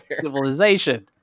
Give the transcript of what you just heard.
civilization